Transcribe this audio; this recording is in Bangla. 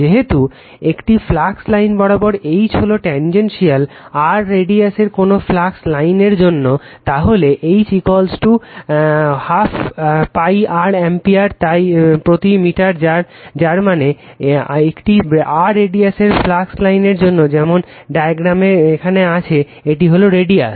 যেহেতু একটি ফ্লাক্স লাইন বরাবর H হলো ট্যানজেনশিয়াল r রেডিয়াস এর কোন ফ্লাক্স লাইনের জন্য তাহলে H I 2 π r অ্যাম্পিয়ার প্রতি মিটার যার মানে একটি r রেডিয়াস এর ফ্লাক্স লাইনের জন্য যেমন এই ডায়াগ্রামের এখানে আছে এটি হলো রেডিয়াস